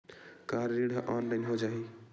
का ऋण ह ऑनलाइन हो जाही?